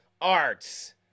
Arts